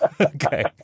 Okay